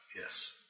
Yes